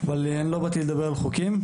אבל אני לא באתי לדבר על חוקים,